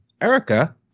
Erica